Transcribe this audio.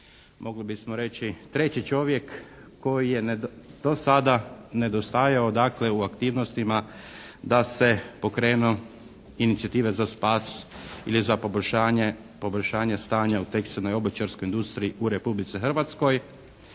Mogli bismo reći treći čovjek koji je do sada nedostajao dakle u aktivnostima da se pokrenu inicijative za spas ili za poboljšanje stanja u tekstilnoj i obućarskoj industriji u Republici Hrvatskoj.